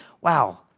wow